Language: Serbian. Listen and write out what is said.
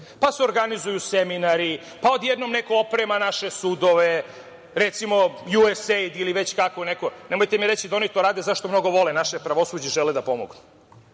sudove. Organizuju se seminari, pa odjednom neko oprema naše sudove, recimo USAID ili već neko. Nemojte mi reći da oni to rade zato što mnogo vole naše pravosuđe i žele da pomognu,